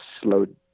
slowed